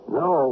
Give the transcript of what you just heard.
no